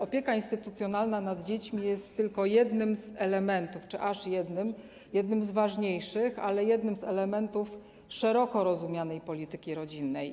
Opieka instytucjonalna nad dziećmi jest tylko czy aż jednym z elementów, jednym z ważniejszych, ale jednym z elementów szeroko rozumianej polityki rodzinnej.